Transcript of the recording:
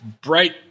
bright